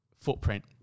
footprint